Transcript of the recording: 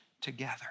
together